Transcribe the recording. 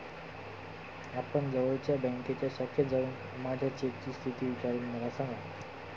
आपण जवळच्या बँकेच्या शाखेत जाऊन माझ्या चेकची स्थिती विचारून मला सांगा